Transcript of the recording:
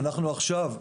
אנחנו עכשיו,